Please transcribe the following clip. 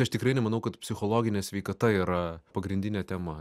aš tikrai nemanau kad psichologinė sveikata yra pagrindinė tema